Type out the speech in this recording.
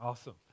Awesome